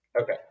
Okay